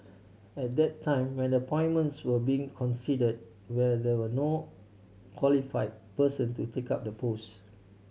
at the time when the appointments were being considered were there no qualified person to take up the posts